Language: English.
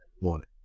morning